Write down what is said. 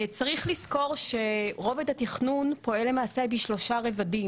צריך לזכור שרובד התכנון פועל למעשה בשלושה רבדים,